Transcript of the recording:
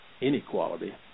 inequality